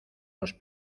los